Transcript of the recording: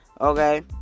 Okay